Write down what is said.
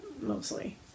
mostly